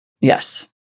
yes